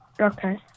Okay